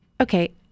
okay